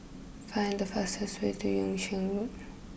find the fastest way to Yung Sheng Road